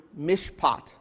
mishpat